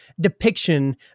depiction